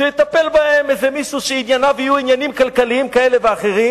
שיטפל בהם איזה מישהו שענייניו יהיו עניינים כלכליים כאלה ואחרים,